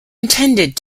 intended